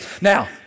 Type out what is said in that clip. Now